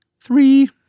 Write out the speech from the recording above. Three